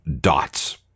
dots